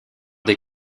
des